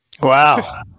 Wow